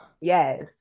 Yes